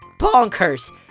bonkers